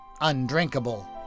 undrinkable